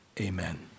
Amen